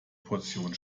portion